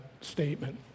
statement